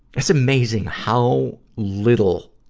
it's amazing how little